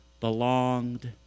belonged